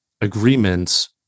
agreements